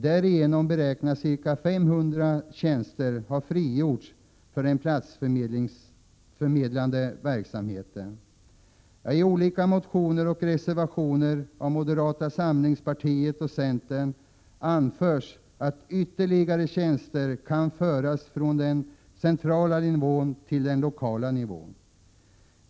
Därigenom beräknas ca 500 tjänster ha frigjorts för den platsförmedlande verksamheten. I olika motioner och reservationer har moderata samlingspartiet och centern anfört att ytterligare tjänster kan föras från den centrala nivån till den lokala nivån.